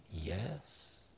Yes